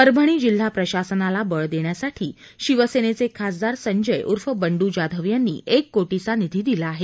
परभणी जिल्हा प्रशासनाला बळ देण्यासाठी शिवसेनेचे खासदार संजय उर्फ बंडु जाधव यांनी एक कोटीचा निधी दिला आहे